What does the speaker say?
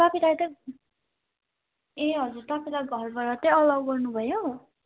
तपाईँलाई चाहिँ ए हजुर तपाईँलाई घरबाट चाहिँ अलाव गर्नुभयो